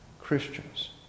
Christians